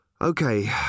Okay